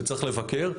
וצריך לבקר,